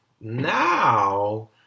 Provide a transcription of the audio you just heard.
Now